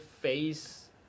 face